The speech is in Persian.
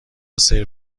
سرو